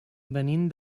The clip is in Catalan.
venim